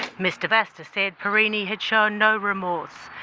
mr vasta said perini had shown no remorse,